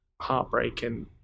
heartbreaking